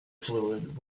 fluid